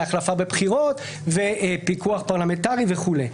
להחלפה בבחירות ופיקוח פרלמנטרי וכו'.